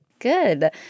Good